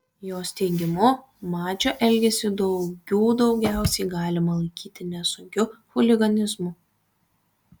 jos teigimu mačio elgesį daugių daugiausiai galima laikyti nesunkiu chuliganizmu